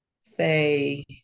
say